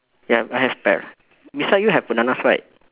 ya I have pear beside you have bananas right